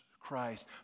Christ